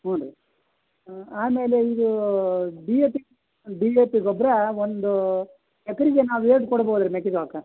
ಹ್ಞೂ ರೀ ಆಮೇಲೆ ಇದು D A P D A P ಗೊಬ್ಬರ ಒಂದು ಎಕ್ರಿಗೆ ನಾವು ಎಷ್ಟ್ ಕೊಡ್ಬೋದು ರೀ ಮೆಕ್ಕೆಜೋಳ್ಕಾ